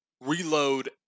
reload